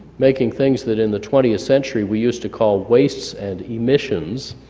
making things that in the twentieth century we used to call wastes and emissions.